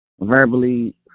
verbally